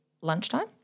lunchtime